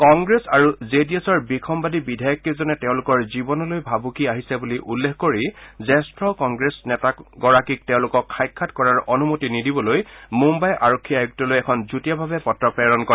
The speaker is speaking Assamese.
কংগ্ৰেছ আৰু জে ডি এছৰ বিসম্বাদী বিধায়ককেইজনে তেওঁলোকৰ জীৱনলৈ ভাবুকি আহিছে বুলি উল্লেখ কৰি জ্যেষ্ঠ কংগ্ৰেছ নেতাগৰাকীক তেওঁলোকক সাক্ষাৎ কৰাৰ অনুমতি নিদিবলৈ মুম্বাই আৰক্ষী আয়ুক্তলৈ এখন যুটীয়াভাৱে পত্ৰ প্ৰেৰণ কৰে